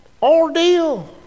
Ordeal